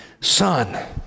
Son